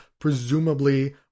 Presumably